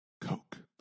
coke